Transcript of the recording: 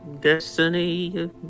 destiny